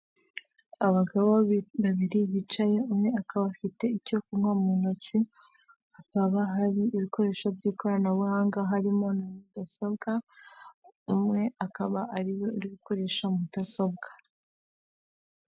Abagabo babiri bicaye umwe akaba abafite icyo kunywa mu ntoki hakaba hari ibikoresho by'ikoranabuhanga harimo na mudasobwa, umwe akaba ariwe uri uri gukoresha mudasobwa.